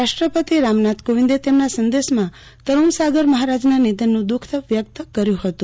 રાષ્ટ્રપતિ રામનાથ કોવિંદે તેમના સંદેશમાં તરૂણ સાગર મહારાજના નિધનનું દૂઃખ વ્યકત કર્યુ હતું